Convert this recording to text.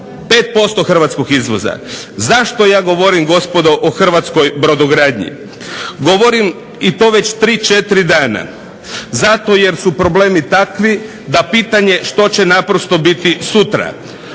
5% hrvatskog izvoza. Zašto ja govorim gospodo o hrvatskoj brodogradnji? Govorim i to već 3, 4 dana zato jer su problemi takvi da pitanje što će naprosto biti sutra.